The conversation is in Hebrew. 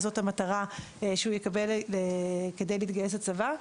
זאת המטרה שהוא יקבל כדי להתגייס לצבא.